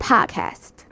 Podcast